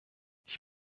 ich